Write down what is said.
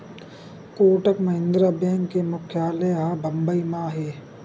Kotak Mahindra bank के मुख्यालय ह बंबई म हे